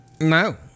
No